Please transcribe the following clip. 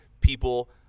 people